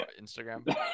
Instagram